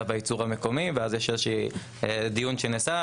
והייצור המקומי ואז יש דיון שנעשה.